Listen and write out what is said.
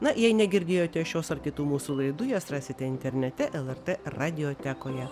na jei negirdėjote šios ar kitų mūsų laidų jas rasite internete lrt radijotekoje